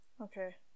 Okay